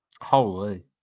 Holy